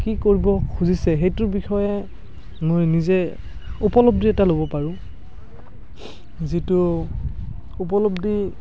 কি কৰিব খুজিছে সেইটোৰ বিষয়ে মই নিজে উপলব্ধি এটা ল'ব পাৰোঁ যিটো উপলব্ধি